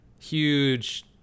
huge